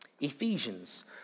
Ephesians